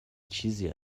چیزی